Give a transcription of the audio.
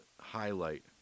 highlight